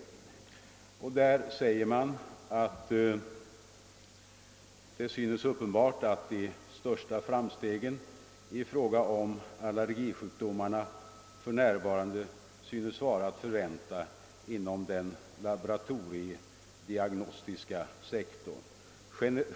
Socialstyrelsen skriver, att som framgår av nämnda yttrande »synes de största framstegen ifråga om allergisjukdomarna för närvarande vara att förvänta inom den laboratoriediagnostiska sektorn.